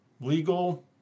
legal